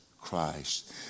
Christ